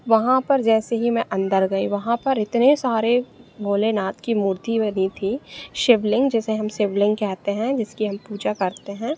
वहाँ पर जैसे ही मैं अंदर गई वहाँ पर इतने सारे भोलेनाथ की मूर्ति बनी थी शिवलिंग जिसे हम शिवलिंग कहते हैं जिसकी हम पूजा करते हैं